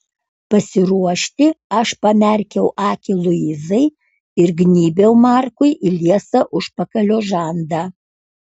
pasiruošti aš pamerkiau akį luizai ir gnybiau markui į liesą užpakalio žandą